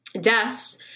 deaths